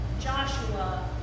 Joshua